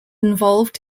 involved